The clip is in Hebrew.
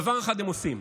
דבר אחד הם עושים: